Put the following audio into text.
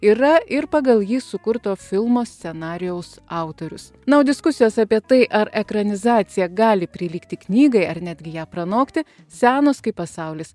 yra ir pagal jį sukurto filmo scenarijaus autorius na o diskusijos apie tai ar ekranizacija gali prilygti knygai ar netgi ją pranokti senos kaip pasaulis